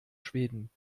schweden